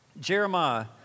Jeremiah